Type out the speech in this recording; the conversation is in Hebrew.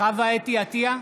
חוה אתי עטייה,